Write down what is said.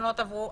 התקנות עברו.